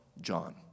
John